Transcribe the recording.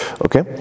okay